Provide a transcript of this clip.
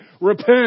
repent